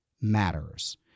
matters